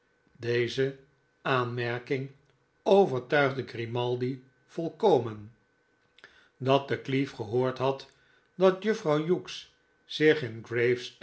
deze aanmerking overtuigde grimaldi volkomen dat de cleave gehoord had dat juffrouw hughes zich